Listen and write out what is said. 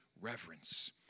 reverence